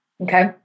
Okay